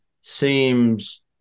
seems